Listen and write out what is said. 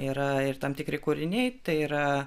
yra ir tam tikri kūriniai tai yra